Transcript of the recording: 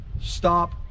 stop